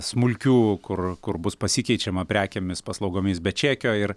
smulkių kur kur bus pasikeičiama prekėmis paslaugomis be čekio ir